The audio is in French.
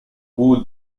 bout